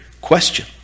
question